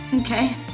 Okay